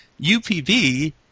UPV